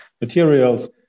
materials